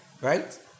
Right